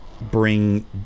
bring